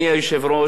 כבוד השר,